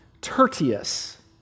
Tertius